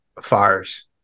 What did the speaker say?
fires